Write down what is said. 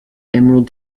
emerald